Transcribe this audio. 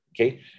Okay